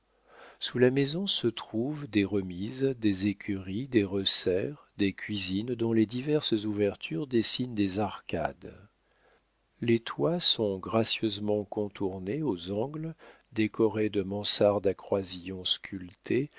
sous la maison se trouvent des remises des écuries des resserres des cuisines dont les diverses ouvertures dessinent des arcades les toits sont gracieusement contournés aux angles décorés de mansardes à croisillons sculptés